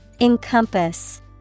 encompass